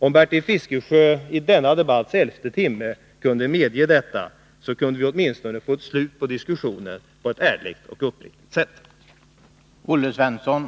Om Bertil Fiskesjö i denna debatts elfte timme kunde medge detta, kunde vi åtminstone få ett slut på diskussionen på ett ärligt och uppriktigt sätt.